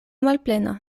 malplena